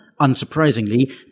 unsurprisingly